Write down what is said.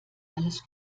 alles